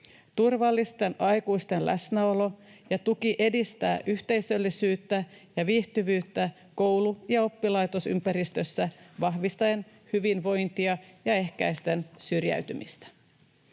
Turvallisten aikuisten läsnäolo ja tuki edistää yhteisöllisyyttä ja viihtyvyyttä koulu- ja oppilaitosympäristössä vahvistaen hyvinvointia ja ehkäisten syrjäytymistä.